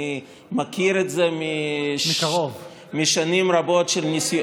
אני מכיר את זה משנים רבות של,